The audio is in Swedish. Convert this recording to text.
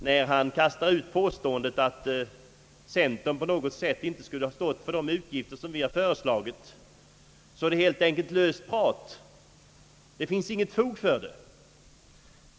När han kastar ut påståendet att centern inte skulle ha täckning för de utgifter som vi föreslagit är det helt enkelt löst prat. Det finns inget fog för det.